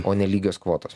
o nelygios kvotos